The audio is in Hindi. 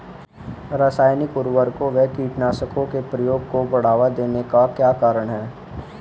रासायनिक उर्वरकों व कीटनाशकों के प्रयोग को बढ़ावा देने का क्या कारण था?